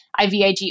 IVIG